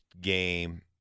game